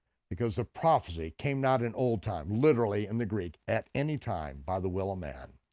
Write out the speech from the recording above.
because the prophecy came not in old time, literally in the greek at any time by the will of man.